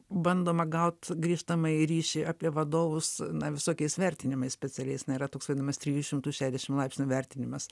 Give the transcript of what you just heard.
bandoma gaut grįžtamąjį ryšį apie vadovus na visokiais vertinimais specialiais na yra toks vadinamas trijų šimtų šešiasdešimt laipsnių vertinimas